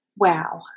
Wow